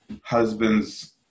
husbands